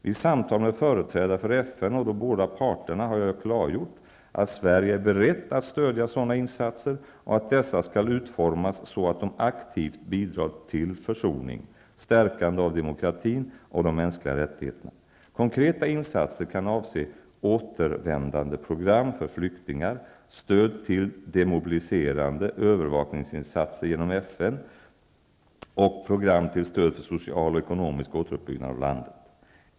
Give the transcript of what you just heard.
Vid samtal med företrädare för FN och de båda parterna har jag klargjort att Sverige är berett att stödja sådana insatser och att dessa skall utformas så att de aktivt bidrar till försoning, stärkande av demokratin och de mänskliga rättigheterna. Konkreta insatser kan avse återvändandeprogram för flyktingar, stöd till demobiliserade, övervakningsinsatser genom FN och program till stöd för social och ekonomisk återuppbyggnad av landet.